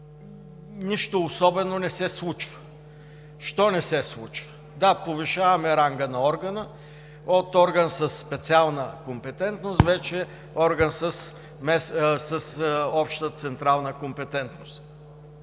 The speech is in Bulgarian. нищо особено не се случва. Защо не се случва? Да, повишаваме ранга на органа – от орган със специална компетентност вече е орган с обща централна компетентност.